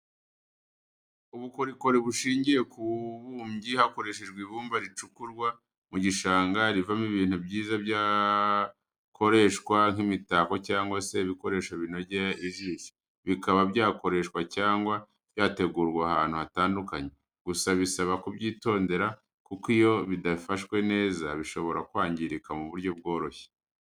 Ubukorikori bushingiye ku bubumbyi hakoreshejwe ibumba ricukurwa mu gishanga, rivamo ibintu byiza byakoreshwa nk'imitako cyangwa se ibikoresho binogeye ijisho, bikaba byakoreshwa cyangwa byategurwa ahantu hatandukanye, gusa bisaba kubyitondera kuko iyo bidafashwe neza bishobora kwangirika mu buryo bworoshye.